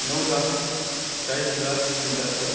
णवलाख चाळीस हजार पंचात्तर